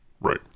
Right